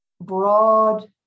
broad